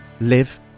live